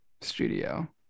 studio